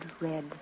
red